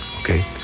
Okay